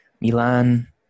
Milan